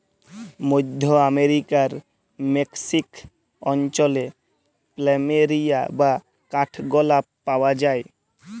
মধ্য আমরিকার মেক্সিক অঞ্চলে প্ল্যামেরিয়া বা কাঠগলাপ পাওয়া যায়